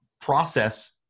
process